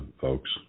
folks